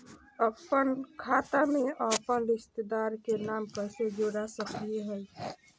अपन खाता में अपन रिश्तेदार के नाम कैसे जोड़ा सकिए हई?